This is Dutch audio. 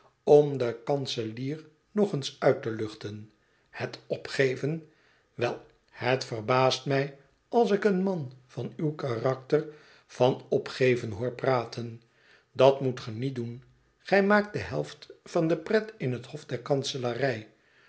om den kanselier nog eens uit te luchten het opgeven wel het verbaast mij als ik een man van uw karakter van opgeven hoor praten dat moet ge niet doen gij maakt de helft van de pret in het hof der